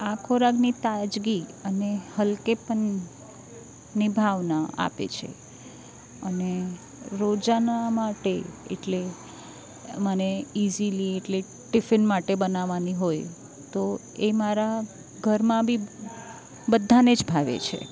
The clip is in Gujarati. આ ખોરાકની તાજગી અને હલકેપનની ભાવના આપે છે અને રોજાના માટે એટલે મને ઇઝીલી એટલે ટિફિન માટે બનાવાની હોય તો એ મારા ઘરમાં બી બધાં ને જ ભાવે છે